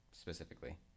specifically